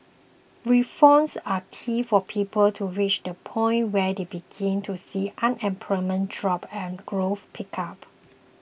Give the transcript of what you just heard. reforms are key for people to reach the point where they begin to see unemployment drop and growth pick up